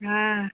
हाँ